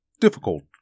Difficult